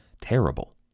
terrible